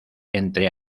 entre